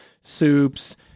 soups